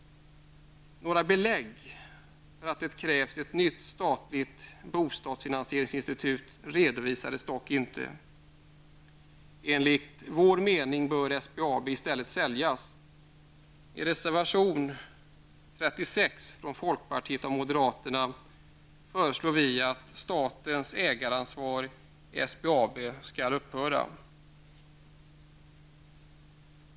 Några belägg för att det krävs ett nytt statligt bostadsfinansieringsinstitut redovisades dock inte. Enligt vår mening bör SBAB i stället säljas. I reservation nr 36 från folkpartiet och moderaterna föreslår vi att statens ägaransvar i SBAB skall upphöra.